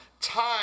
time